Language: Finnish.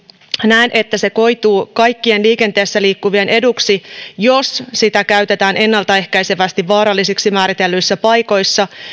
näen että se koituu kaikkien liikenteessä liikkuvien eduksi jos sitä käytetään ennaltaehkäisevästi vaarallisiksi määritellyissä paikoissa